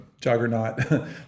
juggernaut